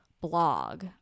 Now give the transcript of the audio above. blog